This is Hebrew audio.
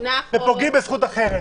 אבל פוגעים בזכות אחרת.